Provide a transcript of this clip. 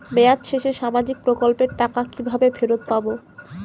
মেয়াদ শেষে সামাজিক প্রকল্পের টাকা কিভাবে ফেরত পাবো?